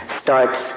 starts